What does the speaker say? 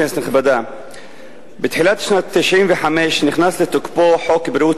תשובה והצבעה בהצעת החוק של חבר הכנסת יעקב כץ,